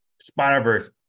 Spider-Verse